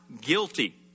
guilty